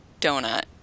donut